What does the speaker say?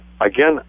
again